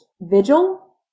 vigil